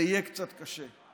זה יהיה קצת קשה.